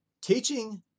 teaching